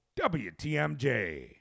WTMJ